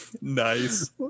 Nice